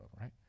right